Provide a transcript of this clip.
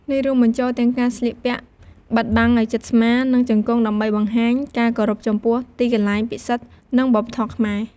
នេះរួមបញ្ចូលទាំងការស្លៀកពាក់បិទបាំងឲ្យជិតស្មា និងជង្គង់ ដើម្បីបង្ហាញការគោរពចំពោះទីកន្លែងពិសិដ្ឋ និងវប្បធម៌ខ្មែរ។